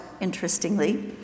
interestingly